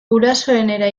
gurasoenera